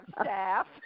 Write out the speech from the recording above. staff